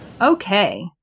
Okay